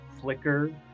flicker